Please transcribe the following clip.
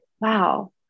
wow